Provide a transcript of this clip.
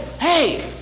Hey